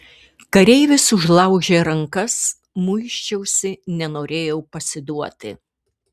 kareivis užlaužė rankas muisčiausi nenorėjau pasiduoti